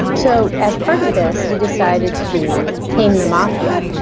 ah so as part of this, he decided to tame the mafia.